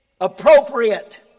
appropriate